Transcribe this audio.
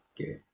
Okay